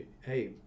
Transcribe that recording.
hey